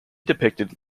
depicted